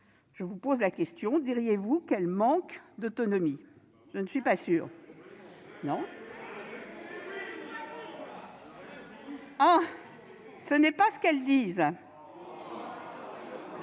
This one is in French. je vous pose la question : diriez-vous qu'elles manquent d'autonomie ? Je n'en suis pas certaine. Eh oui ! Ce n'est pas ce qu'elles disent !